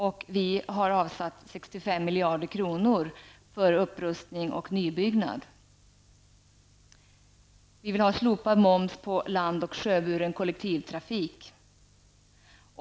Och vi vill avsätta 65 miljarder kronor för upprustning och nybyggnad. Vi vill att momsen på land och sjöburen kollektivtrafik skall slopas.